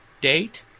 date